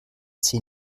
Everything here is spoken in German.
sie